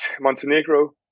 Montenegro